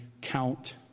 count